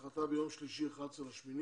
שנחתה ביום שלישי 11.8,